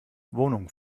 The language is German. wohnung